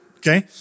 Okay